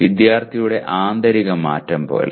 വിദ്യാർത്ഥിയുടെ ആന്തരിക മാറ്റം പോലെ